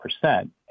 percent